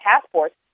passports